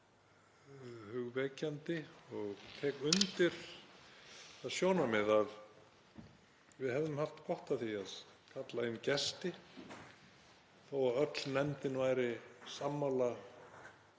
hugvekjandi. Ég tek undir það sjónarmið að við hefðum haft gott af því að kalla inn gesti. Þó að öll nefndin væri sammála